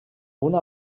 una